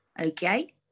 okay